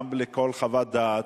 גם בכל חוות דעת.